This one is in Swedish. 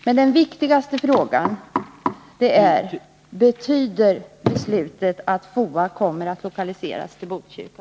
Men den viktigaste frågan är: Betyder beslutet att FOA kommer att lokaliseras till Botkyrka?